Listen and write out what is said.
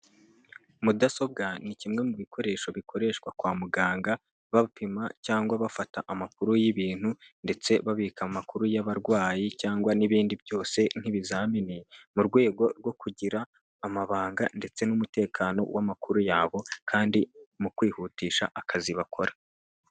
Mudasobwa ni kimwe mu bikoresho bikoreshwa kwa muganga, bapima cyangwa bafata amakuru y'ibintu ndetse babika amakuru y'abarwayi cyangwa n'ibindi byose nk'ibizamini, mu rwego rwo kugira amabanga ndetse n'umutekano w'amakuru yabo kandi mu kwihutisha akazi bakora.